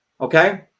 okay